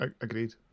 Agreed